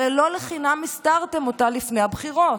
הרי לא לחינם הסתרתם אותה לפני הבחירות.